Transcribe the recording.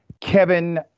Kevin